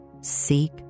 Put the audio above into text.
seek